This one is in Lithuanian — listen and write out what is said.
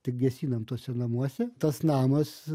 tik gesinam tuose namuose tas namas